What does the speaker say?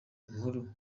inkuru